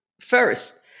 first